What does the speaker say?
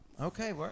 Okay